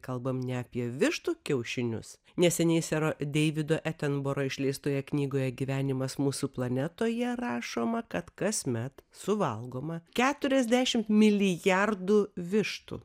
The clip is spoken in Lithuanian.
kalbam ne apie vištų kiaušinius neseniai sero deivido etemboro išleistoje knygoje gyvenimas mūsų planetoje rašoma kad kasmet suvalgoma keturiasdešimt milijardų vištų